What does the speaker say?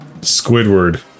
Squidward